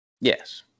Yes